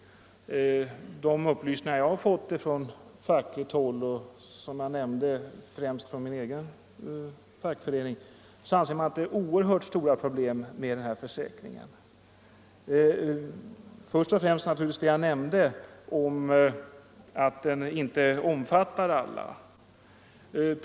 De upplysningar som jag har fått från fackligt håll, främst från min egen fackförening, visar att det är oerhört stora problem med denna försäkring. Först och främst omfattar den inte alla.